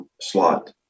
slot